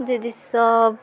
ଯଦିଷ